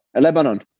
Lebanon